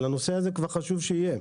הנושא הזה חשוב שיהיה.